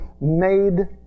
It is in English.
made